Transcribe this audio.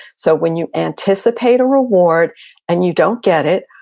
so when you anticipate a reward and you don't get it,